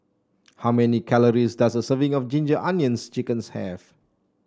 how many calories does a serving of Ginger Onions chickens have